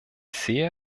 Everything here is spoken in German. sehe